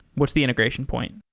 what's the integration point?